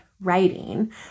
writing